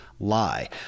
Lie